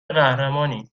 قهرمانی